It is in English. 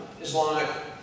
Islamic